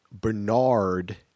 bernard